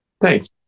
Thanks